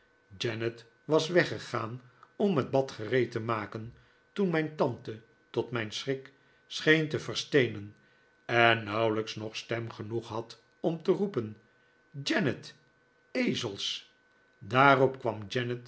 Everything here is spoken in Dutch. janet was weggegaan om het bad gereed te maken toen mijn tante tot mijn schrik scheen te versteenen en nauwelijks nog stem genoeg had om uit te roepen janet ezels daarop kwam